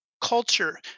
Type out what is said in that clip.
culture